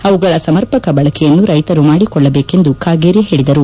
ಅವುಗಳ ಸಮರ್ಪಕ ಬಳಕೆಯನ್ನು ರೈತರು ಮಾದಿಕೊಳ್ಳಬೇಕೆಂದು ಕಾಗೇರಿ ಹೇಳಿದರು